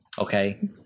okay